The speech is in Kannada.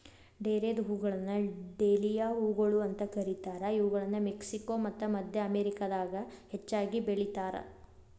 ಡೇರೆದ್ಹೂಗಳನ್ನ ಡೇಲಿಯಾ ಹೂಗಳು ಅಂತ ಕರೇತಾರ, ಇವುಗಳನ್ನ ಮೆಕ್ಸಿಕೋ ಮತ್ತ ಮದ್ಯ ಅಮೇರಿಕಾದಾಗ ಹೆಚ್ಚಾಗಿ ಬೆಳೇತಾರ